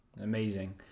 Amazing